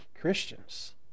Christians